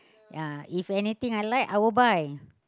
ya if anything I like I will buy